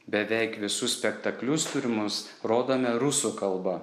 beveik visus spektaklius turimus rodome rusų kalba